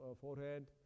forehead